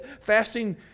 Fasting